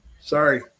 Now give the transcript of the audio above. Sorry